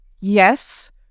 yes